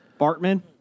Bartman